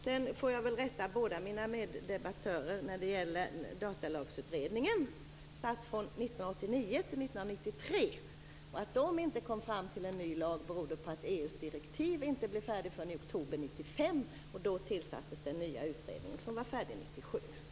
Sedan får jag väl rätta båda mina meddebattörer när det gäller Datalagsutredningen. Den satt från 1989 till 1993, och att den inte kom fram till en ny lag berodde på att EU:s direktiv inte blev färdigt förrän i oktober 1995. Då tillsattes den nya utredningen, som var färdig 1997.